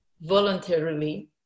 voluntarily